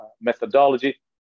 methodology